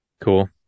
Cool